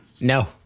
No